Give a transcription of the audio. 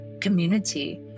community